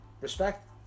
Respect